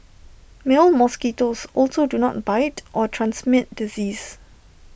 male mosquitoes also do not bite or transmit disease